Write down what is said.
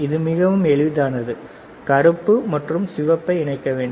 இது மிகவும் எளிதானது கருப்பு மற்றும் சிவப்பு இணைக்க வேண்டும்